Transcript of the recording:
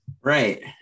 right